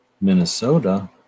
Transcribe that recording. Minnesota